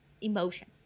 emotion